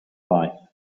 life